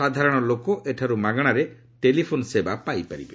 ସାଧାରଣଲୋକ ଏଠାରୁ ମାଗଣାରେ ଟେଲିଫୋନ୍ ସେବା ପାଇପାରିବେ